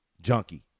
junkie